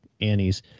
Annie's